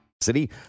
City